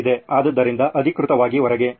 ಆದ್ದರಿಂದ ಅಧಿಕೃತವಾಗಿ ಹೊರಗೆ